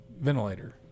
ventilator